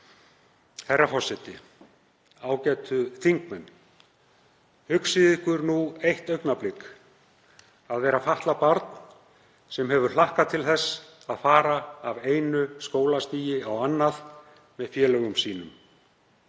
Herra forseti. Ágætu þingmenn. Hugsið ykkur nú eitt augnablik að vera fatlað barn sem hefur hlakkað til þess að fara af einu skólastigi yfir á annað með félögum sínum.